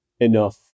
enough